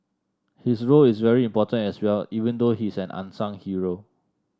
his role is very important as well even though he's an unsung hero